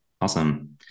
Awesome